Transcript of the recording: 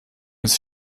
ist